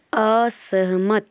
असहमत